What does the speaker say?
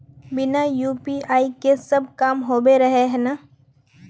बिना यु.पी.आई के सब काम होबे रहे है ना?